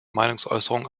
meinungsäußerung